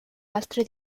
altre